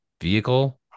vehicle